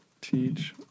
Teach